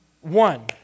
one